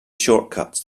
shortcuts